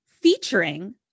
featuring